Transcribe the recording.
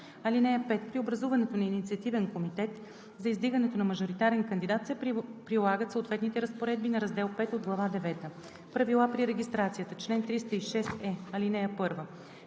район. (5) При образуването на инициативен комитет за издигането на мажоритарен кандидат се прилагат съответните разпоредби на раздел V от глава девета. Правила при регистрацията Чл. 306е.